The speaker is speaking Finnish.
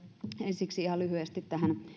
ensiksi ihan lyhyesti tähän